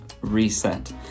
reset